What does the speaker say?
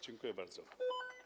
Dziękuję bardzo.